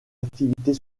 activités